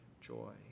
joy